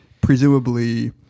presumably